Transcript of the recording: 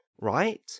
right